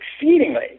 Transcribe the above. exceedingly